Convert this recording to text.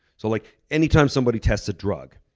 so like any time somebody tests a drug,